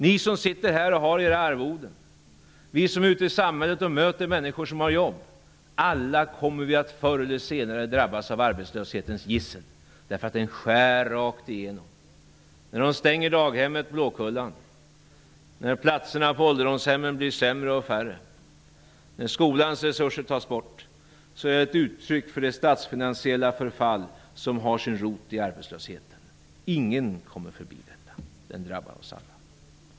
Ni som sitter här och har era arvoden, vi som är ute i samhället och möter människor som har jobb, alla kommer vi förr eller senare att drabbas av arbetslöshetens gissel, eftersom den skär rakt igenom. När de stänger daghemmet Blåkullan, när platserna på ålderdomshemmen blir sämre och färre, när skolans resurser tas bort, är det ett uttryck för det statsfinansiella förfall som har sin rot i arbetslösheten. Ingen kommer förbi detta. Den drabbar oss alla.